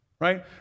Right